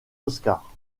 oscars